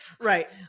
Right